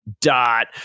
dot